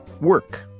work